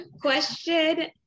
question